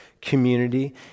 community